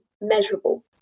measurable